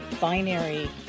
binary